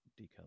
decal